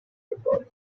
record